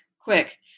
quick